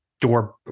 door